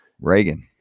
Reagan